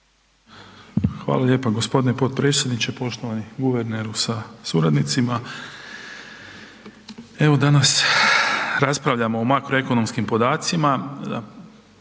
Hvala lijepa g. potpredsjedniče, poštovani guverneru sa suradnicima, evo danas raspravljamo o makroekonomskim podacima